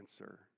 answer